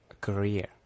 career